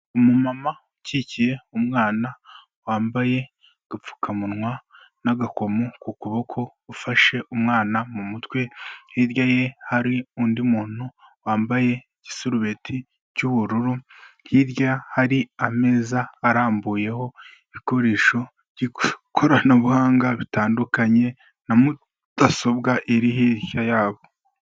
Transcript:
Umumama ukikiye umwana wambaye agapfukamunwa n'agakomo ku kuboko ufashe umwana mu mutwe hirya ye hari undi muntu wambaye igisurubeti cy'ubururu hirya hari ameza arambuyeho ibikoresho by'ikoranabuhanga bitandukanye na mudasobwa iri hirya yabo.